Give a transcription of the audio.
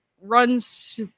runs